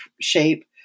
shape